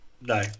No